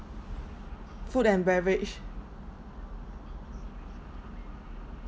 food and beverage